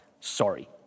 Sorry